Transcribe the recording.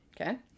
Okay